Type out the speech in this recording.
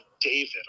david